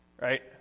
right